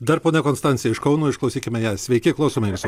dar ponia konstancija iš kauno išklausykime ją sveiki klausome jūsų